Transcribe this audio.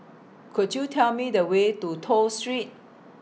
Could YOU Tell Me The Way to Toh Street